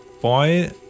boy